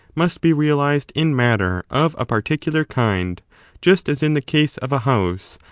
must be realised in matter of a particular kind just as in the case of a house.